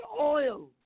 oil